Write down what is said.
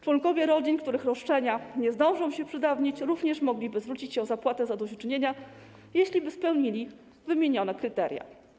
Członkowie rodzin, których roszczenia nie zdążą się przedawnić, również mogliby zwrócić się o zapłatę zadośćuczynienia, jeśli spełniliby wymienione kryteria.